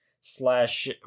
slash